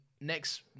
Next